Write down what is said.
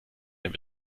mehr